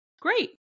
Great